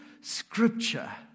scripture